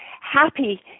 happy